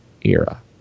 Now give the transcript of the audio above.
era